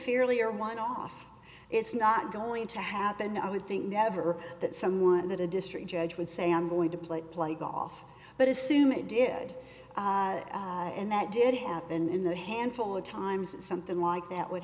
fairly or one off it's not going to happen i would think never that someone that a district judge would say i'm going to play to play golf but assume it did and that did happen in the handful of times that something like that would